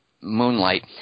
Moonlight